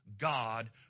God